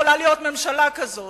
יכולה להיות ממשלה כזאת.